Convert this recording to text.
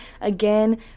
Again